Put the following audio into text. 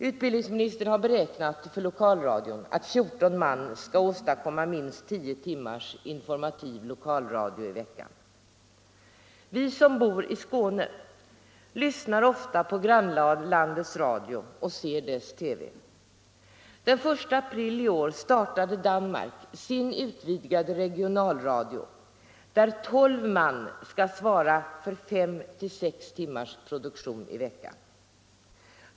Utbildningsministern beräknar att 14 man skall åstadkomma minst tio timmars informativ lokalradio i veckan. Vi som bor i Skåne lyssnar ofta på grannlandets radio och ser dess TV. Den 1 april i år startade Danmark sin utvidgade regionalradio, där 12 man skall svara för fem-sex timmars program i veckan.